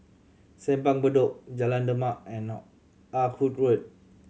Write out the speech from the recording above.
Simpang Bedok Jalan Demak and Ah Hood Road